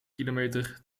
kilometer